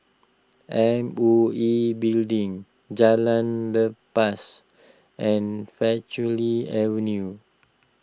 M O E Building Jalan Lepas and Avenue